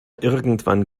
irgendwann